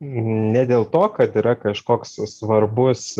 ne dėl to kad yra kažkoks svarbus